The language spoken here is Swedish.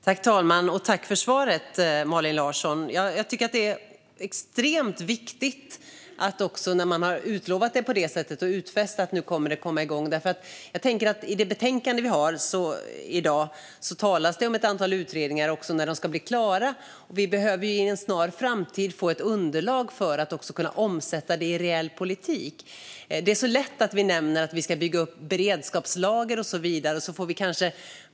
Fru talman! Jag tackar Malin Larsson för svaret. Jag tycker att det är extremt viktigt att detta kommer igång när man har utlovat det. I betänkandet talas det om ett antal utredningar och när de ska vara klara, och vi behöver inom en snar framtid få ett underlag för att kunna omsätta detta i reell politik. Det är lätt att säga att vi ska bygga upp beredskapslager och så vidare.